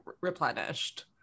replenished